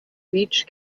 beach